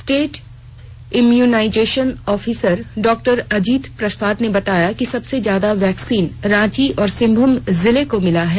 state immunisation officer Dr Ajit Prasad ने बताया कि सबसे ज्यादा वैक्सीन रांची और सिंहभूम जिले को मिली है